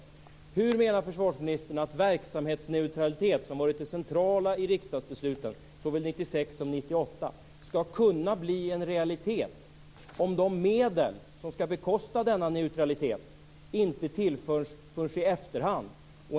Hur menar försvarsministern att verksamhetsneutralitet, som har varit det centrala i riksdagsbesluten såväl 1996 som 1998, skall kunna bli en realitet om de medel som skall bekosta denna neutralitet inte tillförs förrän i efterhand?